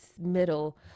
middle